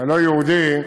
הלא-יהודי,